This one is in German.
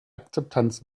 akzeptanz